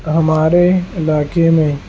ہمارے علاقے میں